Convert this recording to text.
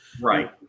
Right